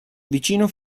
vicino